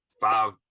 five